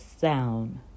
sound